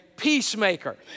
Peacemaker